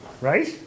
Right